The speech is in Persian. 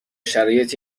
شرایط